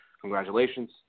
Congratulations